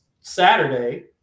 Saturday